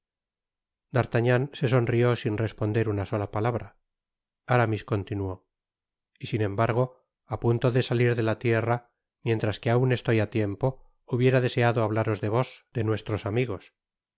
d'artagnan se sonrió sin responder una sola palabra aramis continuo y sin embargo á punto de salir de la tierra mientras que aun estoy á tiempo hubiera deseado hablaros de vos de nuestros amigos